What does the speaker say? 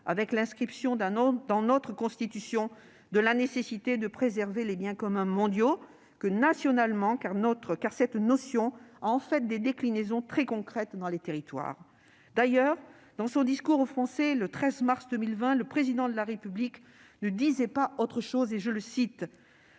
en inscrivant dans notre Constitution la nécessité de préserver les biens communs mondiaux, et national, cette notion ayant des déclinaisons très concrètes dans les territoires. D'ailleurs, dans son discours aux Français du 13 mars 2020, le Président de la République ne disait pas autre chose :« Ce que